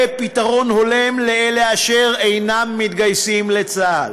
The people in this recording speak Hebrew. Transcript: פתרון הולם לאלה אשר אינם מתגייסים לצה"ל.